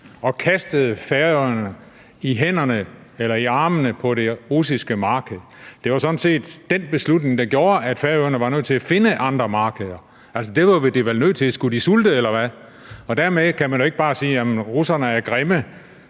og kastede Færøerne i armene på det russiske marked. Det var sådan set den beslutning, der gjorde, at Færøerne var nødt til at finde andre markeder. Det var de vel nødt til, for skulle de sulte eller hvad? Dermed kan man jo ikke bare sige, at russerne er grimme,